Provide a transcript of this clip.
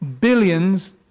billions